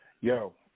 Yo